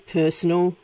personal